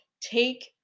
take